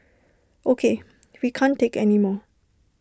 O K we can't take anymore